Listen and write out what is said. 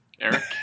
Eric